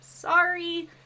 sorry